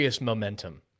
momentum